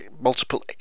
multiple